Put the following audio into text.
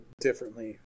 differently